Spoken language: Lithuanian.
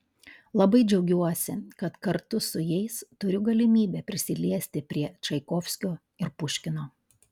labai džiaugiuosi kad kartu su jais turiu galimybę prisiliesti prie čaikovskio ir puškino